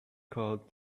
called